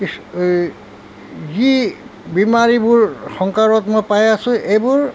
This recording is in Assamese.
যি বিমাৰীবোৰ সংসাৰত মই পাই আছোঁ এইবোৰ